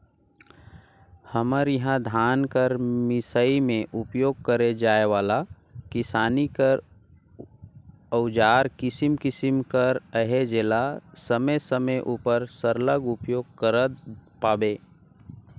हमर इहा धान कर मिसई मे उपियोग करे जाए वाला किसानी कर अउजार किसिम किसिम कर अहे जेला समे समे उपर सरलग उपियोग करत पाबे